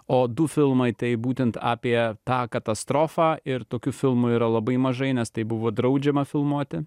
o du filmai tai būtent apie tą katastrofą ir tokių filmų yra labai mažai nes tai buvo draudžiama filmuoti